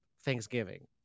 Thanksgiving